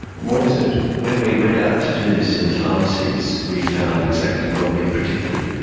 what is it? when we went out to do this in pharmacies we found exactly what we had predicted,